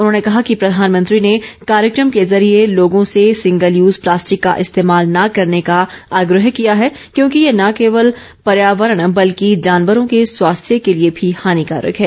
उन्होंने कहा कि प्रधानमंत्री ने कार्यक्रम के ज़रिए लोगों से सिंगल यूज़ प्लास्टिक का इस्तेमाल न करने का आग्रह किया है क्योंकि ये न केवल पर्यावरण बल्कि जानवरों के स्वास्थ्य के लिए भी हानिकारक है